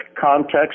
context